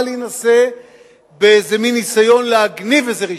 להינשא באיזה מין ניסיון להגניב איזה רישום.